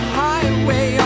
highway